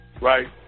right